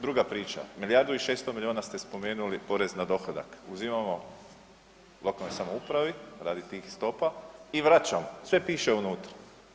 Druga priča, milijardu i 600 milijuna ste spomenuli porez na dohodak, uzimamo lokalnoj samoupravi radi tih stopa i vraćamo, sve piše unutra.